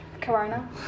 Corona